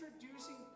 introducing